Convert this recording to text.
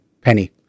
Penny